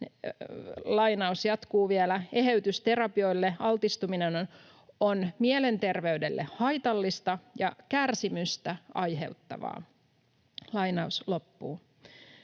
Lainaus jatkuu vielä: ”Eheytysterapioille altistuminen on mielenterveydelle haitallista ja kärsimystä aiheuttavaa.” No,